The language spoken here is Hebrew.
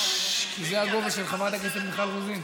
דודי, זה היה אחלה נאום שבעולם.